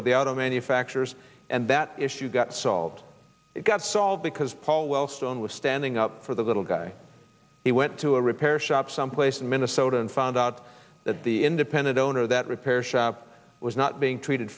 with the auto manufacturers and that issue got solved it got solved because paul wellstone was standing up for the little guy he went to a repair shop someplace in minnesota and found out that the independent owner of that repair shop was not being treated